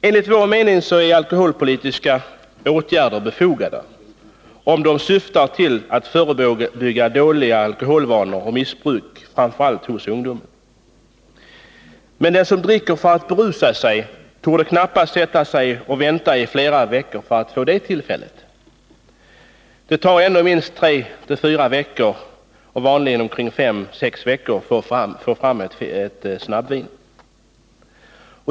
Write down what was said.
Enligt vår mening är alkoholpolitiska åtgärder befogade, om de syftar till att förebygga dåliga alkoholvanor och missbruk framför allt hos ungdom. Men den som dricker för att berusa sig torde knappast sätta sig att vänta i flera veckor för att få tillfälle till det. Det tar nämligen tre till fyra veckor, vanligen omkring fem till sex veckor, att få fram ett snabbvin.